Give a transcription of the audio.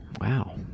Wow